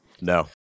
No